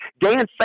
Dan